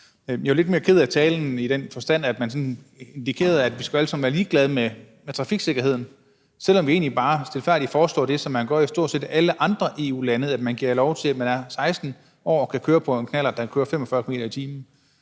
Jeg var lidt mere ked af talen, i den forstand at man sådan indikerede, at vi alle sammen skulle være ligeglade med trafiksikkerheden, selv om vi egentlig bare stilfærdigt foreslår det, som man gør i stort set alle andre EU-lande, nemlig at man giver lov til, at man må køre på en knallert, der kan køre 45 km/t, når man